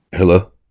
Hello